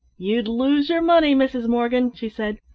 you'd lose your money, mrs. morgan, she said,